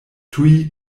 tuj